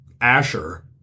Asher